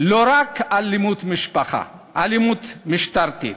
היא לא רק אלימות המשטרה, אלימות משטרתית,